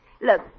Look